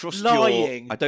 lying